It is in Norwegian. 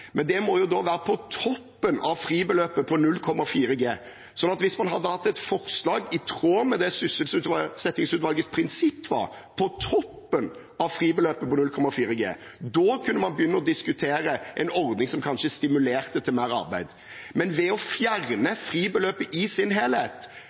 men det må jo da være på toppen av fribeløpet på 0,4G. Hvis man hadde hatt et forslag i tråd med det sysselsettingsutvalgets prinsipp var – på toppen av fribeløpet på 0,4G – da kunne man begynt å diskutere en ordning som kanskje stimulerte til mer arbeid. Men ved å